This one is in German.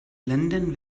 ländern